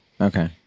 Okay